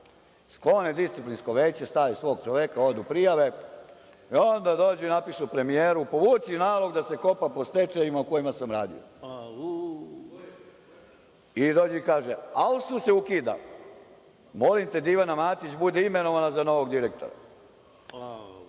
Sklone disciplinsko veće, stave svog čoveka, odu prijave, e onda dođu i napišu premijeru – povuci nalog da se kopa po stečajevima o kojima sam radio. I dođe i kaže – a ovo se ukida. Molim te da Ivana Matić bude imenovana za novog direktora.